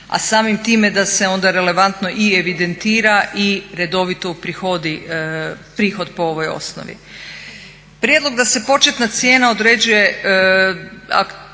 a samim time da se onda relevantno i evidentira i redovito uprihodi prihod po ovoj osnovi. Prijedlog da se početna cijena određuje